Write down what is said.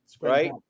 right